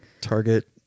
Target